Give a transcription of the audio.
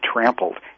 trampled